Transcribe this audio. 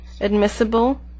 admissible